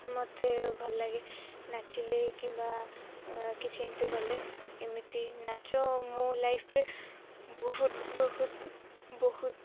ମୋତେ ଭଲ ଲାଗେ ନାଚିଲେ କିମ୍ବା କିଛି ଏମିତି ଗଲେ ଏମିତି ନାଚ ମୁଁ ଲାଇଫ୍ରେ ବହୁତ ବହୁତ ବହୁତ